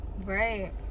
Right